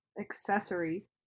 Accessory